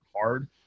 hard